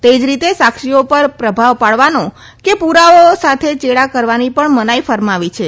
તે જ રીતે સાક્ષીઓ પર પ્રભાવ પાડવાનો કે પુરાવાઓ સાથે ચેડાં કરવાની પણ મનાઈ ફરમાવી છે